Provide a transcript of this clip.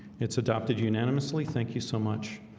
it's adopted unanimously. thank you so much,